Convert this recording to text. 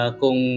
kung